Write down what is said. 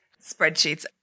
spreadsheets